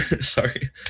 Sorry